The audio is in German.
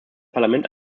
parlament